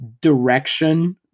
direction